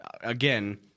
Again